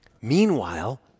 Meanwhile